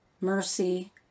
mercy